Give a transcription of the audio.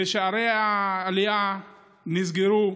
שערי העלייה מאתיופיה נסגרו.